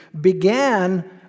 began